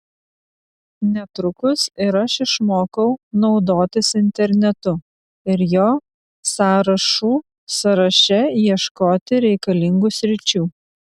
netrukus ir aš išmokau naudotis internetu ir jo sąrašų sąraše ieškoti reikalingų sričių